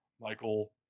Michael